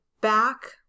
back